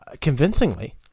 convincingly